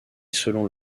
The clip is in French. selon